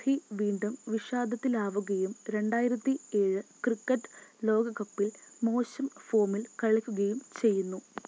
മഹി വീണ്ടും വിഷാദത്തിലാവുകയും രണ്ടായിരത്തി ഏഴ് ക്രിക്കറ്റ് ലോകകപ്പിൽ മോശം ഫോമിൽ കളിക്കുകയും ചെയ്യുന്നു